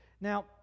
Now